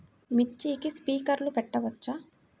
మిర్చికి స్ప్రింక్లర్లు పెట్టవచ్చా?